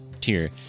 tier